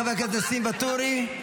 חבר הכנסת ניסים ואטורי.